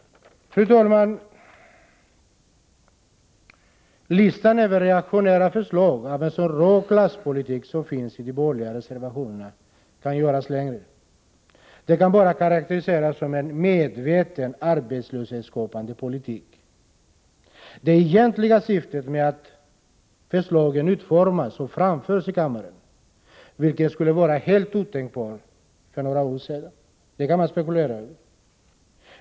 Fru talman! Listan över reaktionära förslag och inslag av rå klasspolitik i de borgerliga reservationerna kan göras längre. Förslagen kan karakteriseras som uttryck för en medvetet arbetslöshetsskapande politik. Det egentliga syftet med att förslagen utformas och framförs i kammaren, vilket skulle ha varit helt otänktbart för några år sedan, kan man spekulera över.